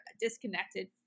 disconnected